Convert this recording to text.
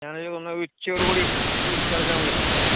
ഞാൻ നിങ്ങളെ ഒന്ന് ഉച്ചയോട് കൂടി വിളിച്ച് വെച്ചാൽ മതിയല്ലോ